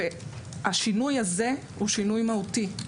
השינוי הזה הוא שינוי מהותי.